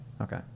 Okay